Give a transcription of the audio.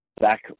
back